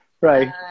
Right